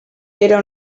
era